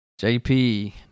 JP